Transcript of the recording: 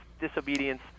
disobedience